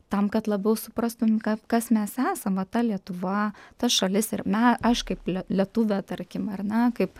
tam kad labiau suprastum kas mes esam vat ta lietuva ta šalis ir na aš kaip lietuvė tarkim ar ne kaip